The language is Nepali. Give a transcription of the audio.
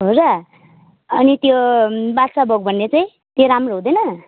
हो र अनि त्यो बासाभोग भन्ने चाहिँ त्यो राम्रो हुँदैन